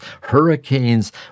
hurricanes